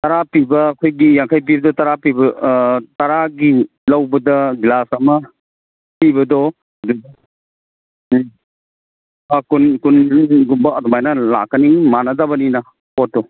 ꯇꯔꯥ ꯄꯤꯕ ꯑꯩꯈꯣꯏꯒꯤ ꯌꯥꯡꯈꯩ ꯄꯤꯕꯗ ꯇꯔꯥ ꯄꯤꯕ ꯇꯔꯥꯒꯤ ꯂꯧꯕꯗ ꯒ꯭ꯂꯥꯁ ꯑꯃ ꯄꯤꯕꯗꯣ ꯀꯨꯟ ꯀꯨꯟ ꯑꯗꯨꯃꯥꯏꯅ ꯂꯥꯛꯀꯅꯤ ꯃꯥꯟꯅꯗꯕꯅꯤꯅ ꯄꯣꯠꯇꯣ